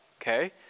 Okay